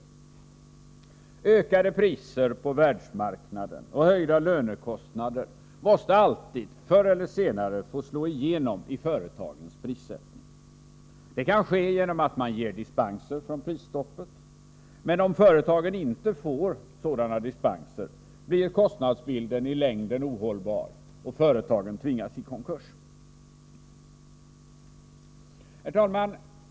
Höjda priser på världsmarknaden och höjda lönekostnader måste alltid, förr eller senare, få slå igenom i företagens prissättning. Det kan ske genom dispenser från prisstoppet. Men om företagen inte får sådana dispenser, blir kostnadsbilden i längden ohållbar och företagen tvingas i konkurs. Herr talman!